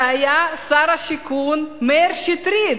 שהיה שר השיכון, מאיר שטרית,